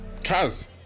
Kaz